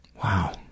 Wow